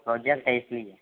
project है इसलिए